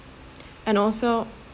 and also